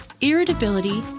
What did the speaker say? irritability